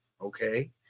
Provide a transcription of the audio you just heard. Okay